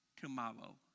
tomorrow